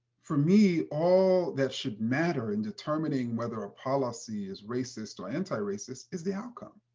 for me, all that should matter in determining whether a policy is racist or anti-racist is the outcome.